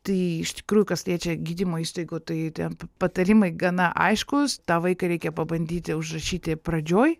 tai iš tikrųjų kas liečia gydymo įstaigų tai ten patarimai gana aiškūs tą vaiką reikia pabandyti užrašyti pradžioj